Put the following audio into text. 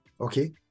Okay